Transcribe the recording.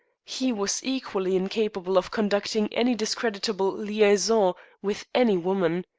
he was equally incapable of conducting any discreditable liaison with any woman.